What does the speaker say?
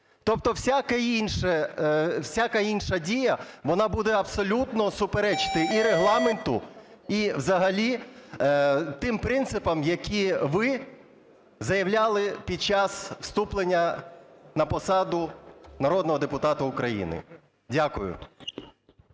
Тобто всяка інша дія, вона буде абсолютно суперечити і Регламенту, і взагалі тим принципам, які ви заявляли під час вступлення на посаду народного депутата України. Дякую.